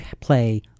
play